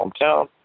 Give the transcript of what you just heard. hometown